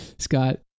Scott